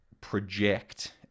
project